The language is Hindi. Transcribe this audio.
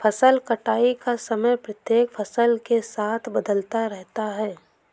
फसल कटाई का समय प्रत्येक फसल के साथ बदलता रहता है